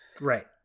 Right